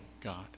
God